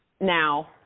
now